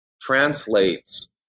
translates